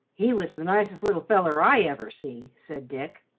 he was the nicest little feller i ever see, said dick.